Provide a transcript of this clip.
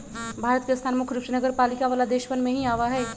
भारत के स्थान मुख्य रूप से नगरपालिका वाला देशवन में ही आवा हई